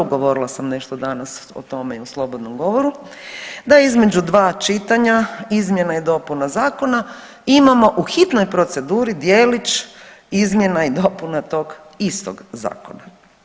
Govorila sam nešto danas o tome i u slobodnom govoru, da između dva čitanja izmjena i dopuna zakona imamo u hitnoj proceduri djelić izmjena i dopuna tog istog zakona.